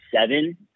seven